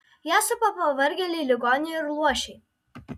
ją supa pavargėliai ligoniai ir luošiai